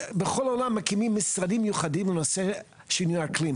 בכל העולם מקימים משרדים מיוחדים בנושא שינוי האקלים,